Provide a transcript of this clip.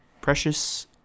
Precious